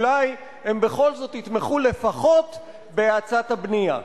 אולי הם בכל זאת יתמכו לפחות בהאצת הבנייה.